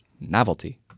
novelty